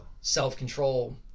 self-control